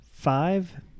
Five